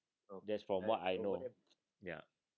that's from what I know ya